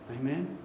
Amen